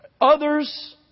Others